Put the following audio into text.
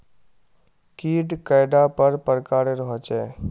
कीट कैडा पर प्रकारेर होचे?